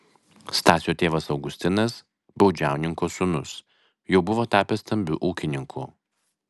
stasio tėvas augustinas baudžiauninko sūnus jau buvo tapęs stambiu ūkininku